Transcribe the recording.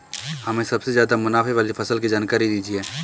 हमें सबसे ज़्यादा मुनाफे वाली फसल की जानकारी दीजिए